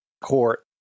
court